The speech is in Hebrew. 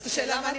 השאלה היא מה את